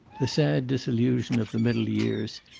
the sad disillusion of the middle years,